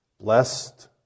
Blessed